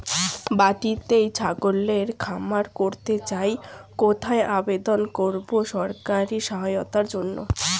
বাতিতেই ছাগলের খামার করতে চাই কোথায় আবেদন করব সরকারি সহায়তার জন্য?